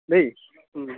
দেই